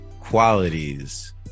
qualities